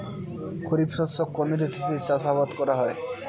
খরিফ শস্য কোন ঋতুতে চাষাবাদ করা হয়?